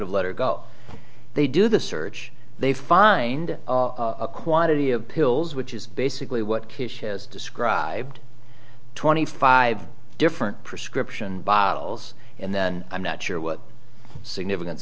have let her go they do the search they find a quantity of pills which is basically what kish has described twenty five different prescription bottles and then i'm not sure what significance